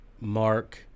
Mark